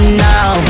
now